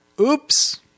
Oops